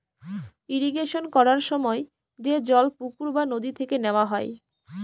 irrigation করার সময় যে জল পুকুর বা নদী থেকে নেওয়া হয়